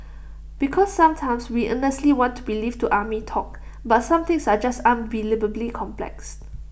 because sometimes we earnestly want to believe to army talk but some things are just unbelievably complex